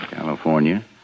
California